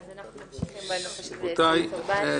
אם יש מכרז של משרד הרווחה לעובדים סוציאליים,